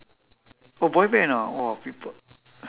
oh boy band ah !wah! people